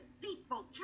deceitful